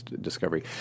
Discovery